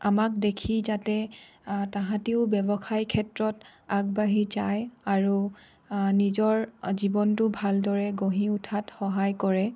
আমাক দেখি যাতে তাহাঁতেও ব্যৱসায় ক্ষেত্ৰত আগবাঢ়ি যায় আৰু নিজৰ জীৱনটো ভালদৰে গঢ়ি উঠাত সহায় কৰে